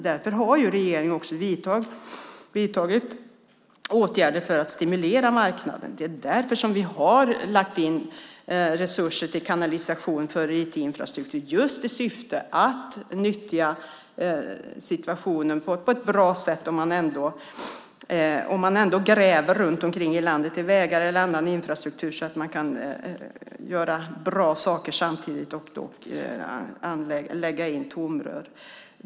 Därför har regeringen vidtagit åtgärder för att stimulera marknaden. Det är därför som vi har lagt in resurser för kanalisation när det gäller IT-infrastruktur. Det har vi gjort just i syfte att nyttja situationen på ett bra sätt. Om man ändå gräver runt om i landet i vägar eller annan infrastruktur kan man samtidigt göra bra saker och lägga in tomrör.